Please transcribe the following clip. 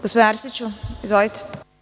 Gospodine Arsiću, izvolite.